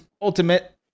Ultimate